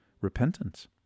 repentance